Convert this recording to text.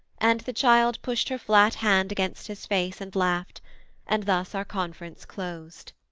and the child pushed her flat hand against his face and laughed and thus our conference closed.